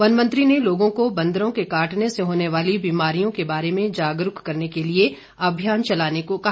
one मंत्री ने लोगों को बंदरों के काटने से होने वाली बीमारियों के बारे में जागरूक करने के लिए अभियान चलाने को कहा